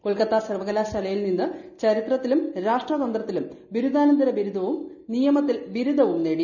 കൊൽക്കത്ത സർവകലാശാലയിൽ നിന്ന് ചരിത്രത്തിലും രാഷ്ട്രതന്ത്രത്തിലും ബിരുദാനത്തര ബിരുദവും നിയമത്തിൽ ബിരുദവും നേടി